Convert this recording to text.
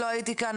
לא הייתי כאן,